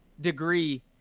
degree